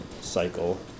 cycle